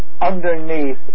underneath